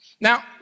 Now